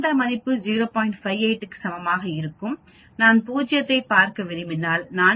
58 க்கு சமமாக இருக்கும் நான் 0 ஐப் பார்க்க விரும்பினால் நான் x ஐ 0 ஆக வைக்கிறேன்